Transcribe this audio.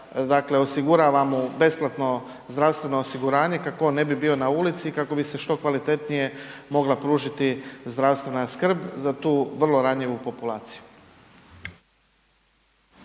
dakle osigurava mu besplatno zdravstveno osiguranje kako on ne bi bio na ulici i kako bi se što kvalitetnije mogla pružiti zdravstvena skrb za tu vrlo ranjivu populaciju.